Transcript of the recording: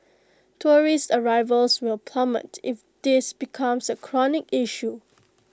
tourist arrivals will plummet if this becomes A chronic issue